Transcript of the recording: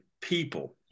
people